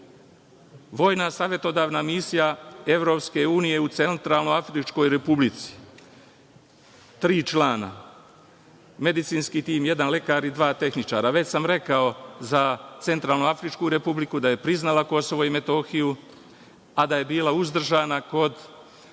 savetodavna misija EU u Centralnoafričkoj Republici, tri člana, medicinski tim, jedan lekar i dva tehničara. Već sam rekao za Centralnoafričku Republiku da je priznala Kosovo i Metohiju, a da je bila uzdržana kod